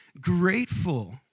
grateful